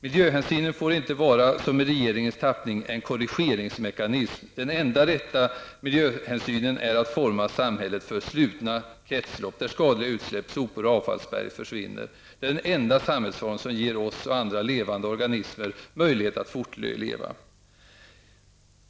Miljöhänsyn får inte vara som i regeringens tappning, en korrigeringsmekanism. Den enda rätta miljöhänsynen är att forma samhället för slutna kretslopp där skadliga utsläpp, sopor och avfallsberg försvinner. Det är den enda samhällsform som ger oss och andra levande organismer möjlighet att fortleva.